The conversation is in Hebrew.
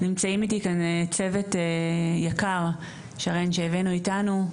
נמצאים איתי כאן צוות יקר שאנחנו הבאנו איתנו,